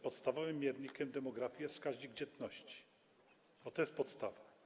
Podstawowym miernikiem demografii jest wskaźnik dzietności, bo to jest podstawa.